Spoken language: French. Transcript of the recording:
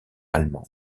allemande